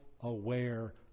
aware